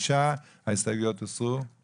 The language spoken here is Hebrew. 5. הצבעה